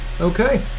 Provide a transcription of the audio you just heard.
okay